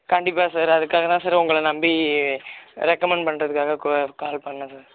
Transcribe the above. கண்டிப்பா சார் அதுக்காக தான் சார் உங்களை நம்பி ரெக்கமண்ட் பண்ணுறதுக்காக கால் பண்ணேன் சார்